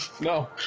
No